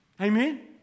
Amen